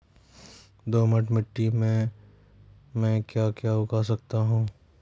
दोमट मिट्टी में म ैं क्या क्या उगा सकता हूँ?